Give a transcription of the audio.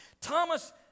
Thomas